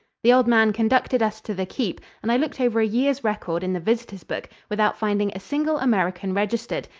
the old man conducted us to the keep, and i looked over a year's record in the visitors' book without finding a single american registered,